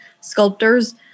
sculptors